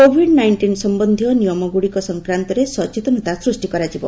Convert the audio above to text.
Covid nineteen ସମ୍ବନ୍ଧୀୟ ନିୟମ ଗୁଡ଼ିକ ସଂକ୍ରାନ୍ତରେ ସଚେତନତା ସ୍ୱଷ୍ଟି କରାଯିବ